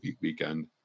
weekend